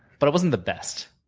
but i wasn't the best.